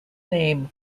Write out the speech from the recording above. name